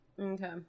okay